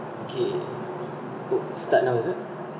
okay good start now is it